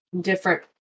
different